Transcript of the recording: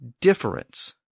difference